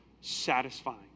satisfying